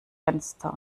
fenster